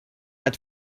had